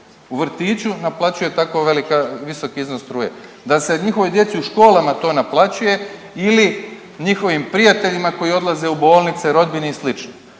u vrtiću naplaćuje tako veliki iznos struje, da se njihovoj djeci u školama to naplaćuje ili njihovim prijateljima koji odlaze u bolnice, rodbini i